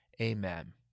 Amen